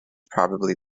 probably